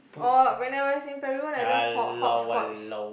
or when I was in primary one I love hop hopscotch